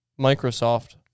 Microsoft